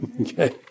Okay